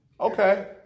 Okay